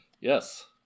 Yes